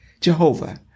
Jehovah